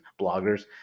bloggers